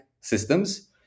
systems